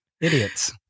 Idiots